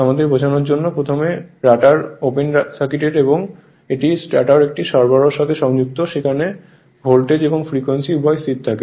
আমাদের বোঝার জন্য প্রথমে রটার ওপেন সার্কিটেড এবং এটি এবং স্টেটর একটি সরবরাহের সাথে সংযুক্ত যেখানে ভোল্টেজ এবং ফ্রিকোয়েন্সি উভয়ই স্থির থাকে